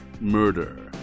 murder